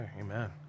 Amen